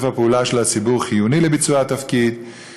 הפעולה של הציבור הוא חיוני לביצוע התפקיד.